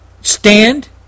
stand